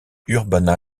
urbana